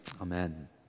amen